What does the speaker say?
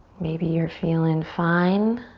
maybe you're feelin' fine.